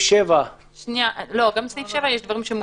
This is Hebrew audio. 7. גם בסעיף 7 יש דברים שהם מוחרגים.